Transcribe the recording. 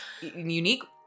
unique